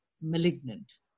malignant